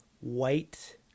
white